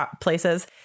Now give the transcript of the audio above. places